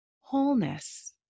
wholeness